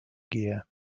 gear